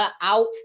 out